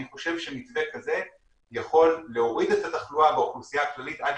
אני חושב שמתווה כזה יכול להוריד את התחלואה באוכלוסייה הכללית עד